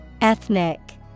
Ethnic